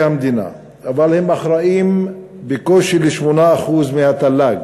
המדינה אבל הם אחראים בקושי ל-8% מהתל"ג.